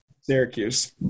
Syracuse